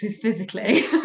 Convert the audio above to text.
physically